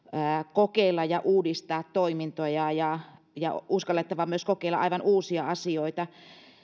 kokeilla ja uudistaa toimintoja ja ja uskallettava myös kokeilla aivan uusia asioita